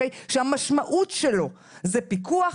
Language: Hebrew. כשהמשמעות שלו זה פיקוח,